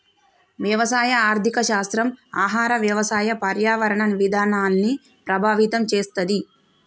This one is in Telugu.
వ్యవసాయ ఆర్థిక శాస్త్రం ఆహార, వ్యవసాయ, పర్యావరణ విధానాల్ని ప్రభావితం చేస్తది